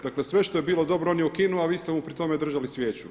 Dakle, sve što je bilo dobro on je ukinuo, a vi ste mu pri tome držali svijeću.